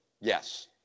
Yes